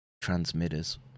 transmitters